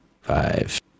Five